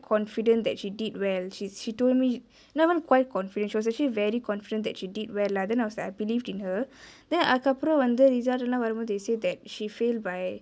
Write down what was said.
confident that she did well she she told me not even quite confident she was actually very confident that she did lah then I was like I believed in her then அதுக்கு அப்ரோ வந்து:athuku apro vanthu result லா வரும்போது:laa varumpothu they say that she fail by